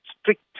strict